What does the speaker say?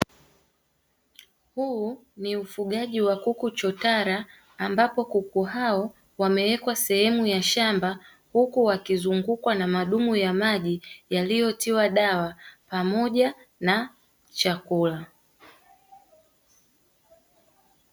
Huu ni ufugaji wa kuku chotara, ambapo kuku hao wamewekwa sehemu ya shamba, huku wakizungukwa na madumu ya maji yaliyotiwa dawa pamoja na chakula.